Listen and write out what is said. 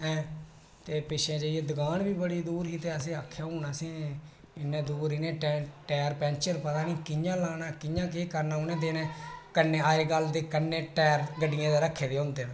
ते पिच्छै जाइयै दुकान बी बड़ी दूर ही ते असें आखेआ अ'ऊं हून असें इन्ने दूर टैर पैंचर पता नेईं कियां लाना कि'यां केह् करना उ'नें दिनें अजकल ते कन्नै टैर गड्डियै दे रक्खे दे होंदे ना